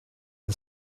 and